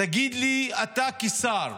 תגיד לי אתה, כשר,